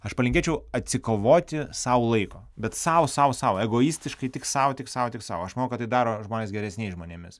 aš palinkėčiau atsikovoti sau laiko bet sau sau sau egoistiškai tik sau tik sau tik sau aš manau kad tai daro žmones geresniais žmonėmis